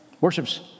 Worship's